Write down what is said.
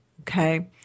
okay